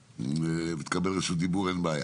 אדוני, ותקבל רשות דיבור, אין בעיה.